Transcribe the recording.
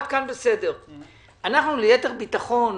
ליתר ביטחון,